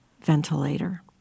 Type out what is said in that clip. ventilator